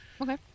Okay